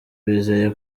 bizeye